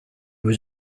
was